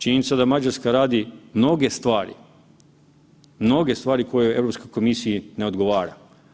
Činjenica da Mađarska radi mnoge stvari, mnoge stvari koje Europskoj komisiji ne odgovara.